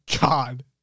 God